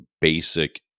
basic